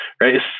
right